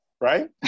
right